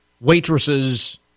waitresses